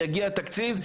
יגיע תקציב,